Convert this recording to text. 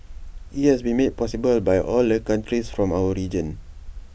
IT has been made possible by all the countries from our region